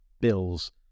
bills